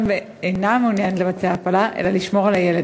ואינה מעוניינת לבצע הפלה אלא לשמור על הילד.